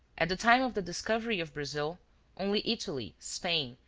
at the time of the discovery of brazil only italy, spain,